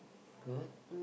good